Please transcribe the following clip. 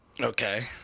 Okay